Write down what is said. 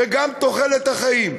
וגם בתוחלת החיים.